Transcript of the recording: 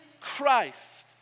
Christ